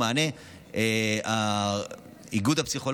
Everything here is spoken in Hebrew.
לפני למעלה מ-20 שנה,